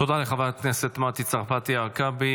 תודה לחברת הכנסת מטי צרפתי הרכבי.